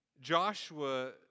Joshua